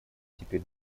теперь